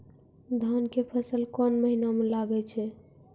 धान के फसल कोन महिना म लागे छै?